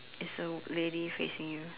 it's a lady facing you